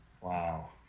Wow